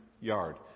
yard